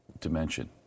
dimension